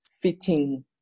fitting